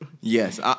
Yes